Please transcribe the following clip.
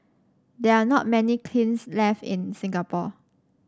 there are not many kilns left in Singapore